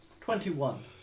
Twenty-one